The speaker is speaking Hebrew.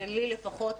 לי לפחות,